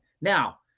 now